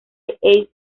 ace